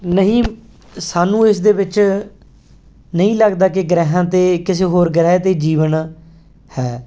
ਨਹੀਂ ਸਾਨੂੰ ਇਸ ਦੇ ਵਿੱਚ ਨਹੀਂ ਲੱਗਦਾ ਕਿ ਗ੍ਰਹਿਆਂ 'ਤੇ ਕਿਸੇ ਹੋਰ ਗ੍ਰਹਿ 'ਤੇ ਜੀਵਨ ਹੈ